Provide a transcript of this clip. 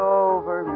over